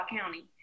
County